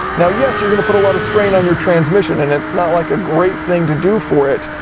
now, yes, you're going to put a lot of strain on your transmission, and it's not like a great thing to do for it,